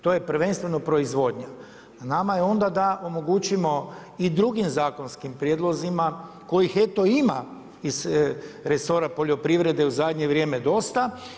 To je prvenstveno proizvodnja, a na nama je onda da omogućimo i drugim zakonskim prijedlozima kojih eto ima iz resora poljoprivrede u zadnje vrijeme dosta.